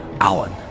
Alan